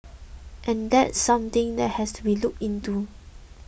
and that's something that has to be looked into